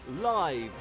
Live